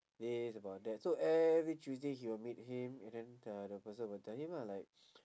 days about that so every tuesday he will meet him and then the the person will tell him lah like